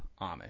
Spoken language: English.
Amish